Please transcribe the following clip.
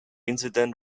incident